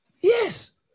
yes